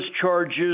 charges